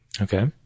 Okay